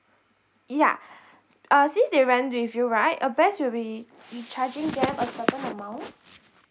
yeah uh since they rent with you right uh best will be you charging them a certain amount